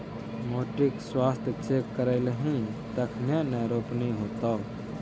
माटिक स्वास्थ्य चेक करेलही तखने न रोपनी हेतौ